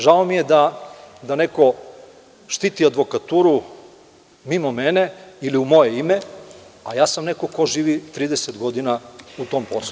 Žao mi je da neko štiti advokaturu mimo mene ili u moje ime, a ja sam neko ko živi 30 godina u tom poslu.